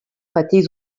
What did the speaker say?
patir